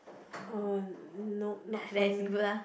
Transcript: uh no not for me